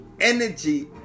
energy